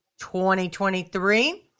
2023